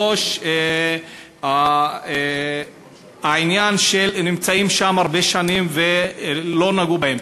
3. העניין שהם נמצאים שם הרבה שנים ולא נגעו בהם.